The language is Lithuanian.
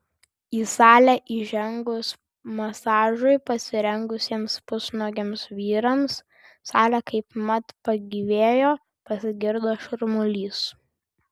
į salę įžengus masažui pasirengusiems pusnuogiams vyrams salė kaipmat pagyvėjo pasigirdo šurmulys